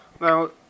Now